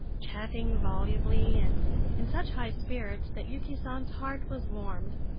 chatting volubly and in such high spirits that yuki san's heart was warmed.